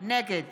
נגד